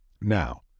Now